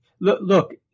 look